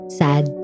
sad